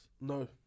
No